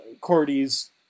Cordy's